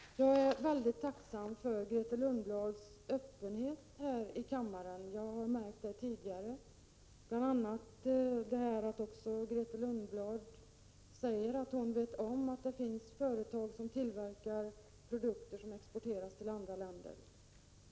Jag är mycket tacksam för Grethe Lundblads öppenhet här i kammaren. Jag har lagt märke till den tidigare. Grethe Lundblad säger att hon vet om att det finns företag som tillverkar farliga produkter som exporteras till andra länder.